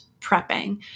prepping